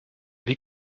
wie